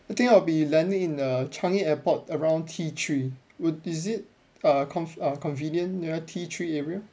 I think I'll be landing in the changi airport around T three would is it uh conv~ uh convenient near T three area